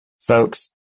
folks